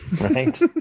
Right